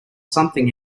something